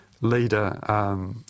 leader